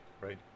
right